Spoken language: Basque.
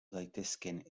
daitezkeen